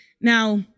Now